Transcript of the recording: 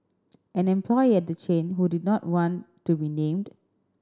an employee at the chain who did not want to be named